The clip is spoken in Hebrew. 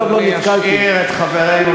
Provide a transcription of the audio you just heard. נו, בסדר גמור, את מחלקת ציונים.